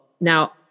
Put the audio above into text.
Now